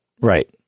right